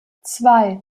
zwei